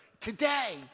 today